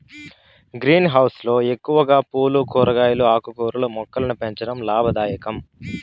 green house లో ఎక్కువగా పూలు, కూరగాయలు, ఆకుకూరల మొక్కలను పెంచడం లాభదాయకం